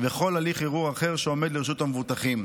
וכל הליך ערעור אחר שעומד לרשות המבוטחים.